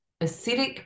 acidic